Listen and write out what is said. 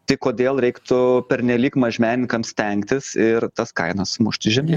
tai kodėl reiktų pernelyg mažmenininkam stengtis ir tas kainas mušti žemyn